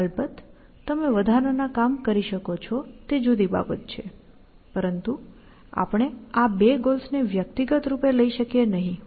અલબત્ત તમે વધારાના કામ કરી શકો છો તે જુદી બાબત છે પરંતુ આપણે આ બે ગોલ્સને વ્યક્તિગત રૂપે લઈ શકીએ નહીં